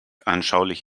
anschaulich